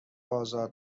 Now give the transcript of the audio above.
آزاد